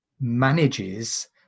manages